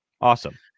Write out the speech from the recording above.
Awesome